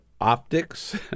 optics